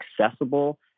accessible